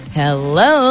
hello